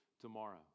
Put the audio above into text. tomorrow